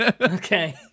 okay